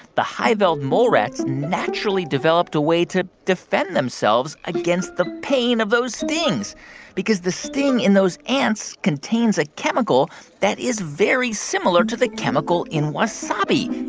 the highveld mole rats naturally developed a way to defend themselves against the pain of those stings because the sting in those ants contains a chemical that is very similar to the chemical in wasabi,